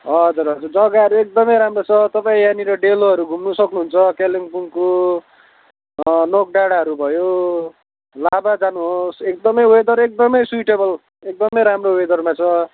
हजुर हजुर जग्गाहरू एकदमै राम्रो छ तपाईँ यहाँनिर डेलोहरू घुम्नु सक्नुहुन्छ कालिम्पोङको नोक डाँडाहरू भयो लाभा जानुहोस् एकदमै वेदर एकदमै स्विटेबल एकदमै राम्रो वेदरमा छ